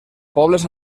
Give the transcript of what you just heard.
pobles